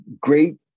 great